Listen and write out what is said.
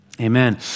Amen